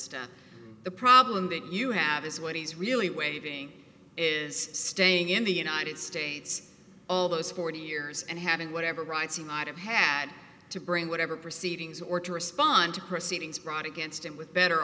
stuff the problem that you have is what he's really waving is staying in the united states all those forty years and having whatever rights he might have had to bring whatever proceedings or to respond to proceedings brought against him with better